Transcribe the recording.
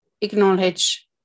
acknowledge